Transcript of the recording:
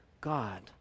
God